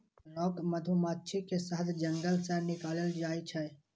rock मधुमाछी के शहद जंगल सं निकालल जाइ छै